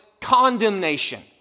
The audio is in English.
condemnation